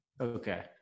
okay